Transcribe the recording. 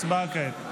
הצבעה כעת.